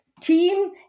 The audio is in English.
team